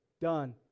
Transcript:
Done